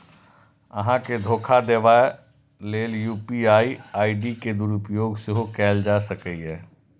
अहां के धोखा देबा लेल यू.पी.आई आई.डी के दुरुपयोग सेहो कैल जा सकैए